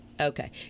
Okay